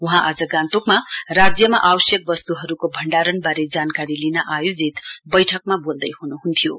वहाँ आज गान्तोकमा राज्यमा आवश्यक वस्तुहरुको भण्डारवारे जानकारी लिन आयोजित वैठकमा बोल्दै हुनुहुन्थ्यो